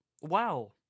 Wow